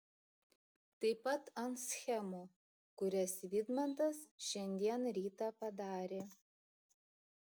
taip pat ant schemų kurias vidmantas šiandien rytą padarė